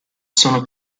sono